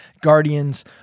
guardians